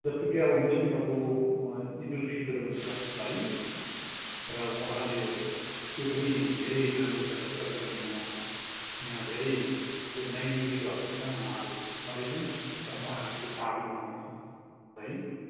जस्तो कि अब मुस्लिमहरूको इद उल फितर भन्छ है र उहाँले त्यो पनि धेरै राम्रो त तरिकाले मनाउँछन् यहाँ धेरै माइनोरिटीको हैसियतमा उहाँहरू छँदैछन् र उहाँहरूले त्यो चाड पनि मनाउँछन् है